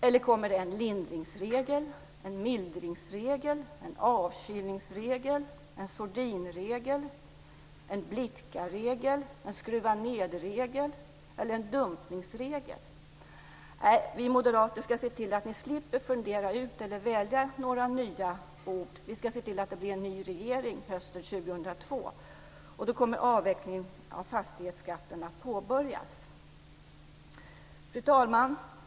Eller kommer det en lindringsregel, en mildringsregel, en avkylningsregel, en sordinregel, en blidkarregel, en skruva-nedregel eller en dumpningsregel? Nej, vi moderater ska se till att ni slipper fundera ut eller välja några nya ord. Vi ska se till att det blir en ny regering hösten 2002. Då kommer avvecklingen av fastighetsskatten att påbörjas. Fru talman!